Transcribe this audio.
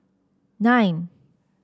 nine